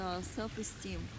self-esteem